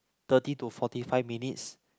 thirty to forty five minutes